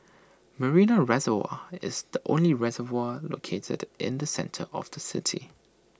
Marina Reservoir is the only reservoir located in the centre of the city